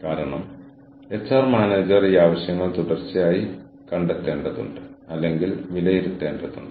നിങ്ങൾക്ക് സാധ്യമായ ഏറ്റവും മികച്ച സേവനവും മികച്ച ഔട്ട്പുട്ടും നൽകുന്നതിന് വ്യത്യസ്ത ആളുകൾ ഒത്തുചേരുന്നു